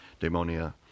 demonia